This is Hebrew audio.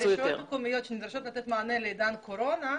הרשויות המקומיות שנדרשות לתת מענה בעידן הקורונה,